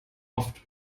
oft